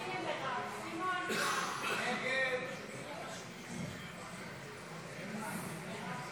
נצביע כעת על הסתייגות 113. הסתייגות 113 לא נתקבלה.